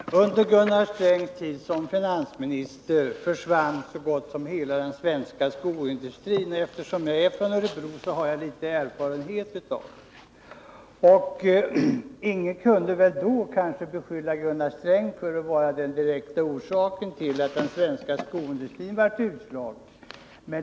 Herr talman! Under Gunnar Strängs tid som finansminister försvann så gott som hela den svenska skoindustrin. Eftersom jag är från Örebro har jag viss erfarenhet härvidlag. Ingen kunde väl då beskylla Gunnar Sträng för att vara den direkta orsaken till att den svenska skoindustrin slogs ut.